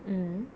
mm